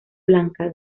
blanca